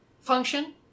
function